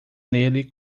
nele